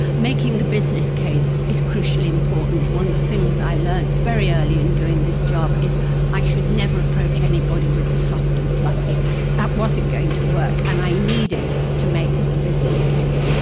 making the business case is crucially important. one of the things i learnt very early in doing this job is i should never approach anybody with the soft and fluffy, that wasn't going to work, and i needed to make the business case.